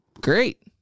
Great